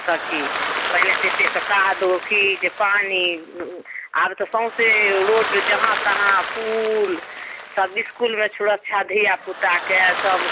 सबचीज पहिने तऽ कादो खीच पानि आब तऽ सौंसे रोड जहाँ तहाँ पूल सब इसकुमे सुरक्षा धियापुताके सब